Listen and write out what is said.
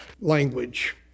language